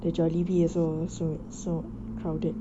the jollibee also so so crowdeed